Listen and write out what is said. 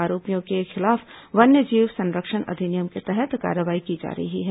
आरोपियों के खिलाफ वन्यजीव संरक्षण अधिनियम के तहत कार्रवाई की जा रही है